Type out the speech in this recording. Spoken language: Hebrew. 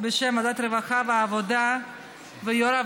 בשם ועדת העבודה והרווחה.